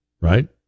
right